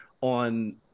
on